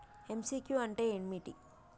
MCQ అంటే ఏమిటి?